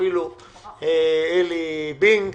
עלי בינג.